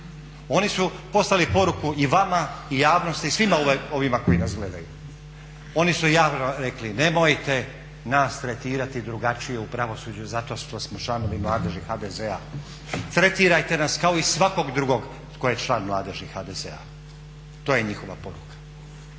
Oni su poslali poruku i vama i javnosti i svima ovima koji nas gledaju. Oni su javno rekli nemojte nas tretirati drugačije u pravosuđu zato što smo članovi Mladeži HDZ-a. Tretirajte nas kao i svakog drugog tko je član Mladeži HDZ-a. To je njihova poruka.